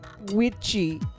witchy